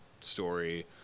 story